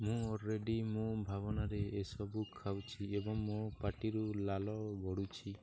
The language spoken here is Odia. ମୁଁ ଅଲ୍ରେଡ଼ି ମୋ ଭାବନାରେ ଏସବୁ ଖାଉଛି ଏବଂ ମୋ ପାଟିରୁ ଲାଳ ଗଡ଼ୁଛି